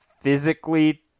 physically